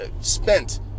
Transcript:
spent